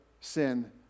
sin